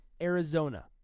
Arizona